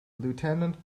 lieutenant